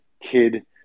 kid